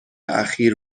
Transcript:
اخیر